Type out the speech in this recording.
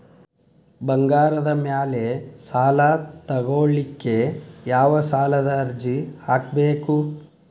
ಬಂಗಾರದ ಮ್ಯಾಲೆ ಸಾಲಾ ತಗೋಳಿಕ್ಕೆ ಯಾವ ಸಾಲದ ಅರ್ಜಿ ಹಾಕ್ಬೇಕು?